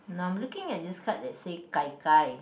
no I'm looking at this card that says Gai-Gai